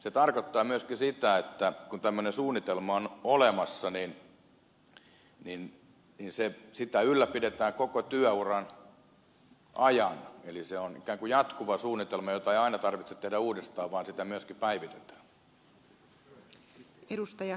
se tarkoittaa myöskin sitä että kun tämmöinen suunnitelma on olemassa niin sitä ylläpidetään koko työuran ajan eli se on ikään kuin jatkuva suunnitelma jota ei aina tarvitse tehdä uudestaan vaan sitä myöskin päivitetään